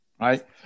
right